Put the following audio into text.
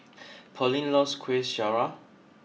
Pearlene loves Kueh Syara